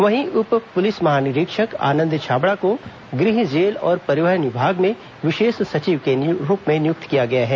वहीं उप पुलिस महानिरीक्षक आनंद छाबड़ा को गृह जेल और परिवहन विभाग में विशेष सचिव के रूप में नियुक्त किया गया है